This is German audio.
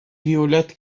violett